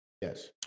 Yes